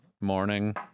morning